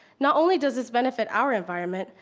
not only does this benefit our environment,